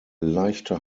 leichte